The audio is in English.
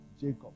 Jacob